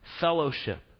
fellowship